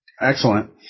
Excellent